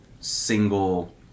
single